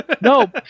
No